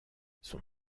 son